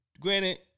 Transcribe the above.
Granted